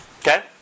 Okay